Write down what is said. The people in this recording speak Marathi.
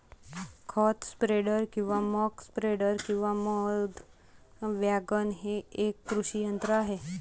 खत स्प्रेडर किंवा मक स्प्रेडर किंवा मध वॅगन हे एक कृषी यंत्र आहे